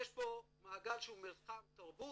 יש פה מעגל שהוא מתחם תרבות.